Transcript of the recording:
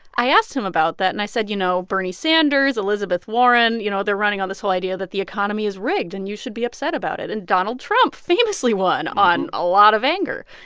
i asked him about that. and i said, you know, bernie sanders, elizabeth warren, you know, they're running on this whole idea that the economy is rigged, and you should be upset about it. and donald trump famously won on a lot of anger.